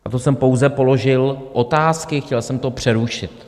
A to jsem pouze položil otázky, chtěl jsem to přerušit.